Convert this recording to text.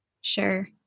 sure